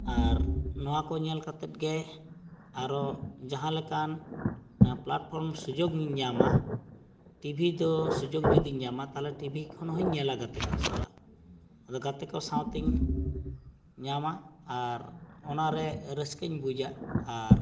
ᱟᱨ ᱱᱚᱣᱟᱠᱚ ᱧᱮᱞ ᱠᱟᱛᱮᱫᱜᱮ ᱟᱨᱚ ᱡᱟᱦᱟᱸᱞᱮᱠᱟᱱ ᱯᱞᱟᱴᱯᱷᱚᱨᱢ ᱥᱩᱡᱳᱜᱽ ᱤᱧ ᱧᱟᱢᱟ ᱴᱤ ᱵᱷᱤ ᱫᱚ ᱥᱩᱡᱳᱜᱽ ᱡᱩᱫᱤᱧ ᱧᱟᱢᱟ ᱛᱟᱦᱚᱞᱮᱫᱚ ᱴᱤ ᱵᱷᱤ ᱠᱷᱚᱱᱦᱚᱸᱧ ᱧᱮᱞᱟ ᱜᱟᱛᱮᱠᱚ ᱥᱟᱞᱟᱜ ᱟᱫᱚ ᱜᱟᱛᱮᱠᱚ ᱥᱟᱶᱛᱮᱧ ᱧᱟᱢᱟ ᱟᱨ ᱚᱱᱟᱨᱮ ᱨᱟᱹᱥᱠᱟᱹᱧ ᱵᱩᱡᱟ ᱟᱨ